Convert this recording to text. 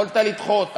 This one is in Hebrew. יכולת לדחות.